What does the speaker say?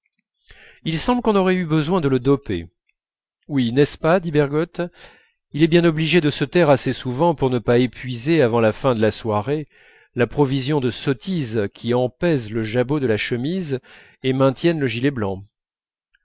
il semble qu'on aurait eu besoin de le doper oui n'est-ce pas dit bergotte il est bien obligé de se taire assez souvent pour ne pas épuiser avant la fin de la soirée la provision de sottises qui empèsent le jabot de la chemise et maintiennent le gilet blanc